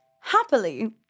Happily